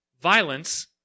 Violence